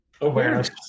Awareness